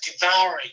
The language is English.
devouring